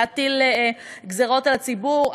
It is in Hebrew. להטיל גזירות על הציבור,